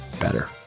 better